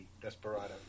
Desperado